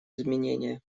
изменения